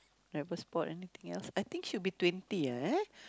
never spot anything else I think should be twenty ah eh